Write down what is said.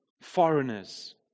foreigners